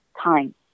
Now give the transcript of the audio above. time